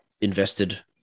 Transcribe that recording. invested